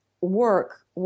work